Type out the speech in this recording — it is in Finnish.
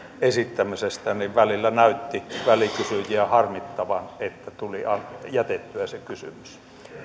esittämisestä että välillä näytti välikysyjiä harmittavan että tuli jätettyä se kysymys